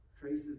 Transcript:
traces